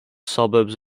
suburbs